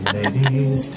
Ladies